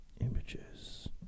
Images